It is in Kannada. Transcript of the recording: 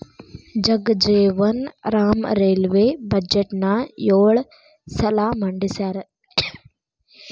ಜಗಜೇವನ್ ರಾಮ್ ರೈಲ್ವೇ ಬಜೆಟ್ನ ಯೊಳ ಸಲ ಮಂಡಿಸ್ಯಾರ